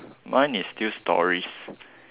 mine is still stories